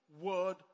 word